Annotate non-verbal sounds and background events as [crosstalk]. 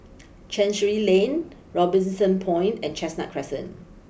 [noise] Chancery Lane Robinson Point and Chestnut Crescent